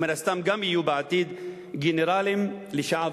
ומן הסתם גם יהיו בעתיד גנרלים לשעבר,